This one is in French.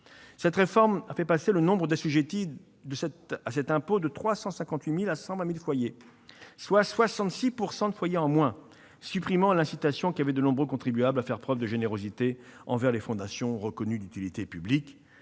La réforme a fait passer le nombre de foyers assujettis à cet impôt de 358 000 à 120 000, soit 66 % de foyers en moins, supprimant l'incitation qu'avaient de nombreux contribuables à faire preuve de générosité envers les fondations reconnues d'utilité publique.